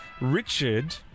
Richard